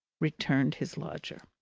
returned his lodger.